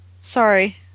Sorry